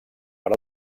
per